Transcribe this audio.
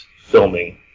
filming